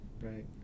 Right